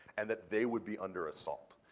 and that they would be under assault.